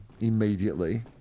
immediately